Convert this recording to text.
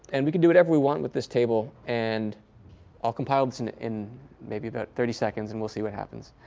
and we can do whatever we want with this table. and i'll compile this in in maybe about thirty seconds and we'll see what happens.